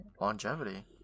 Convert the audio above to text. longevity